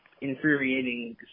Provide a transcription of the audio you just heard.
infuriating